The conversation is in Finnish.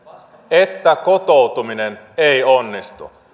että kotoutuminen ei onnistu